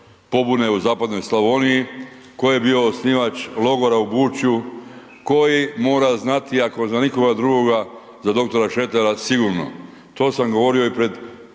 pobune u zapadnoj Slavoniji, tko je bio osnivač logora u Bučju, koji mora znati, ako za nikoga drugoga za dr. Šretera sigurno. To sam govorio i pred